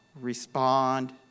respond